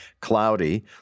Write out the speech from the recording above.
cloudy